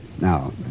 Now